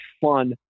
fun